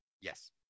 Yes